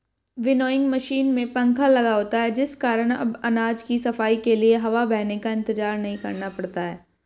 winnowing machine में पंखा लगा होता है जिस कारण अब अनाज की सफाई के लिए हवा बहने का इंतजार नहीं करना पड़ता है